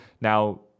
Now